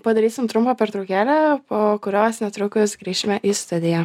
padarysim trumpą pertraukėlę po kurios netrukus grįšime į studiją